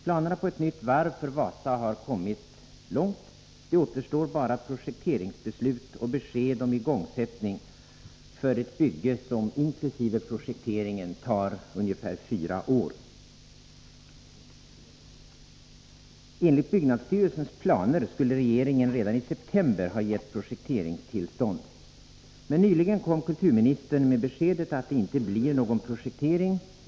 Planerna på ett nytt varv för Wasa har kommit långt. Det återstår bara projekteringsbeslut och besked om igångsättning för ett bygge som inkl. projekteringen tar ungefär fyra år. Enligt byggnadsstyrelsens planer skulle regeringen i september ha gett projekteringstillstånd. Men nyligen kom kulturministern med beskedet att det inte blir någon projektering.